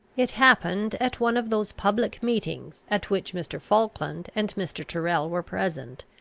it happened at one of those public meetings at which mr. falkland and mr. tyrrel were present,